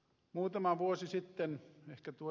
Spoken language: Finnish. muutama vuosi sitten ehkä ed